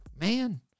Man